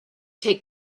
take